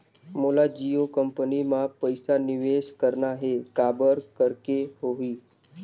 मोला जियो कंपनी मां पइसा निवेश करना हे, काबर करेके होही?